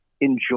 enjoy